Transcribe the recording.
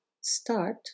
start